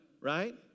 right